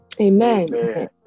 Amen